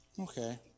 Okay